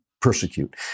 persecute